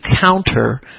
counter